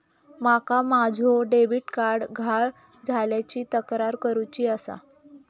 माका माझो debit card गहाळ झाल्याची तक्रार करुची आसा